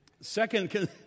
Second